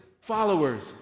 followers